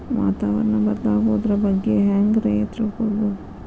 ವಾತಾವರಣ ಬದಲಾಗೊದ್ರ ಬಗ್ಗೆ ಹ್ಯಾಂಗ್ ರೇ ತಿಳ್ಕೊಳೋದು?